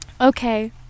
Okay